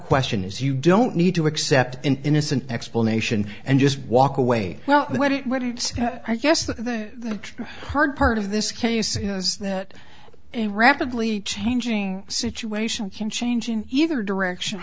question is you don't need to accept an innocent explanation and just walk away well what it what it i guess the hard part of this case is that a rapidly changing situation can change in either direction